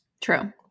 True